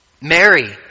Mary